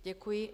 Děkuji.